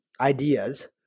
ideas